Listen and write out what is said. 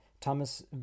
Thomas